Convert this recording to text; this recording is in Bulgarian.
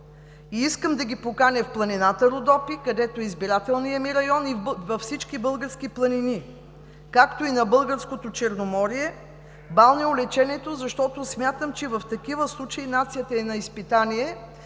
Искам да ги поканя в планината Родопи, където е избирателният ми район, и във всички български планини, както и на Българското Черноморие, балнеолечението. Смятам, че в такива случаи нацията е на изпитание